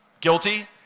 guilty